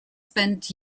spent